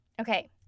okay